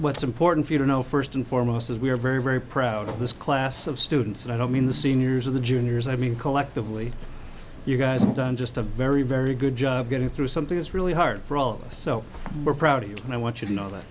what's important for you to know first and foremost is we are very very proud of this class of students and i don't mean the seniors or the juniors i mean collectively you guys have done just a very very good job getting through something that's really hard for all of us so we're proud of you and i want you to know that